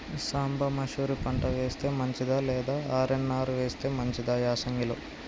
సాంబ మషూరి పంట వేస్తే మంచిదా లేదా ఆర్.ఎన్.ఆర్ వేస్తే మంచిదా యాసంగి లో?